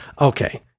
Okay